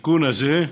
התיקון הזה,